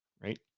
right